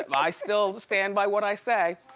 i still stand by what i say.